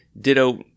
Ditto